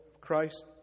Christ